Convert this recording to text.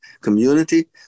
community